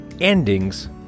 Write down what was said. endings